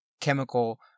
chemical